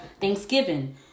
thanksgiving